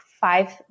five